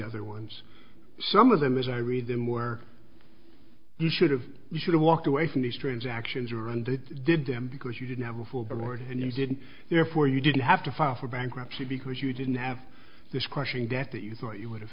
other ones some of them as i read them were he should have should have walked away from these transactions or and did them because you didn't have a full board and you didn't therefore you didn't have to file for bankruptcy because you didn't have this crushing debt that you thought you would have